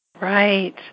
right